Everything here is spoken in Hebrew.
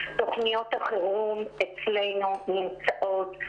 תוכניות החירום אצלנו נמצאות,